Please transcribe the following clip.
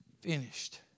finished